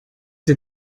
der